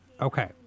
okay